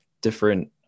different